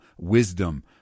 Wisdom